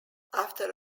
after